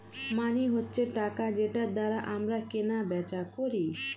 মানি হচ্ছে টাকা যেটার দ্বারা আমরা কেনা বেচা করি